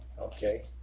okay